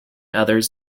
others